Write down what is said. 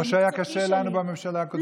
כמו שהיה קשה לנו בממשלה הקודמת.